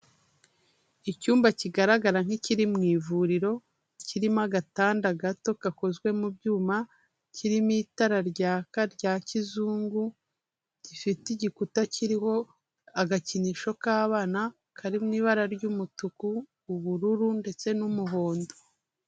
Icyumba kigaragara nk'ikiri mu ivuriro, kirimo agatanda gato gakozwe mu byuma, kirimo itara ryaka rya kizungu, gifite igikuta kiriho agakinisho k'abana, kari mu ibara ry'umutuku, ubururu ndetse n'umuhondo.